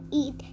eat